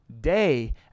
day